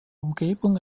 umgebung